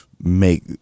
make